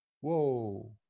Whoa